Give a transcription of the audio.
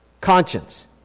conscience